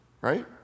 right